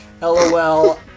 LOL